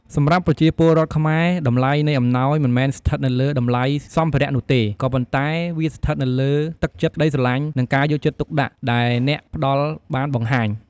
សម្រាប់ប្រជាពលរដ្ឋខ្មែរ តម្លៃនៃអំណោយមិនមែនស្ថិតនៅលើតម្លៃសម្ភារៈនោះទេ ក៏ប៉ុន្តែវាស្ថិតនៅលើ ទឹកចិត្ត ក្តីស្រឡាញ់ និងការយកចិត្តទុកដាក់ ដែលអ្នកផ្តល់បានបង្ហាញ។។